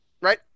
Right